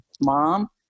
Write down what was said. mom